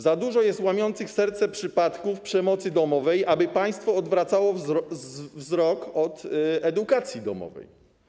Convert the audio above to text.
Za dużo jest łamiących serce przypadków przemocy domowej, aby państwo odwracało wzrok od edukacji domowej.